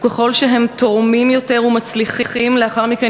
וככל שהם תורמים יותר ומצליחים לאחר מכן